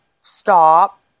Stop